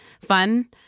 fun